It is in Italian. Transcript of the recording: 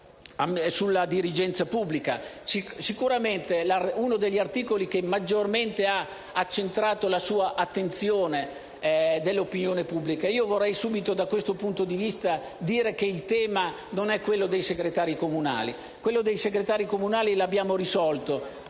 sulla dirigenza pubblica, che è sicuramente uno degli articoli che maggiormente ha accentrato l'attenzione dell'opinione pubblica. Da questo punto di vista, vorrei subito dire che il tema non è quello dei segretari comunali. Il tema dei segretari comunali lo abbiamo risolto